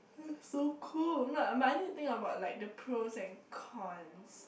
so cold but I need to think about the pros and cons